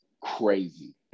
crazy